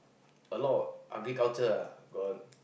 a lot of ugly culture ah got